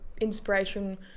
inspiration